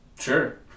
Sure